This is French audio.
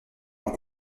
plan